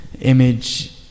image